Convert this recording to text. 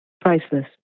Priceless